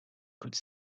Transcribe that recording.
could